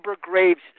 Graves